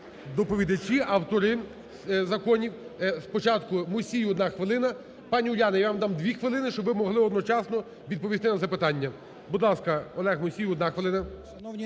доповідачі, автори законів. Спочатку Мусій, одна хвилина. Пані Уляна, я вам дам дві хвилини, щоб ви могли одночасно відповісти на запитання. Будь ласка, Олег Мусій, одна хвилина.